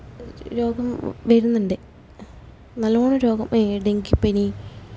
രോഗം വരുന്നുണ്ട് നല്ലവണ്ണം രോഗം ഡെങ്കിപ്പനി